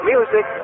Music